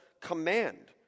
command